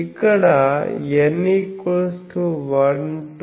ఇక్కడ n1 2